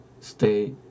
stay